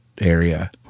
area